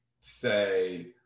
say